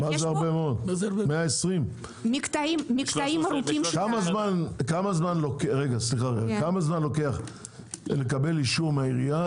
120. כמה זמן לוקח לקבל אישור מהעירייה,